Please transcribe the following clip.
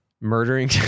murdering